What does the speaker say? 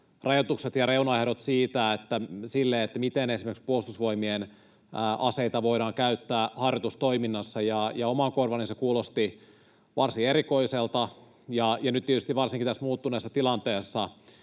rajoitukset ja reunaehdot sille, miten esimerkiksi Puolustusvoimien aseita voidaan käyttää harjoitustoiminnassa. Omaan korvaani se kuulosti varsin erikoiselta, ja nyt tietysti varsinkin tässä muuttuneessa tilanteessa